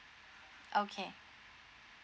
okay